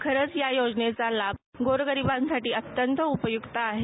खरच या योजनेचा लाभ गोरगरीबासाठी अंत्यत उपयूक्त आहे